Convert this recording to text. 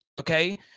okay